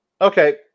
okay